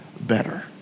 better